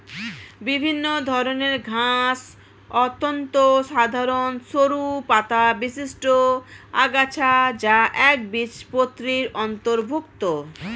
বিভিন্ন ধরনের ঘাস অত্যন্ত সাধারণ সরু পাতাবিশিষ্ট আগাছা যা একবীজপত্রীর অন্তর্ভুক্ত